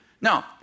Now